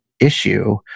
issue